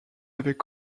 avait